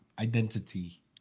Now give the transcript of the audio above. identity